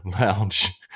lounge